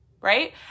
right